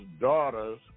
daughter's